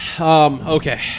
Okay